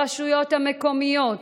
ברשויות המקומיות,